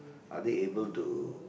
are they able to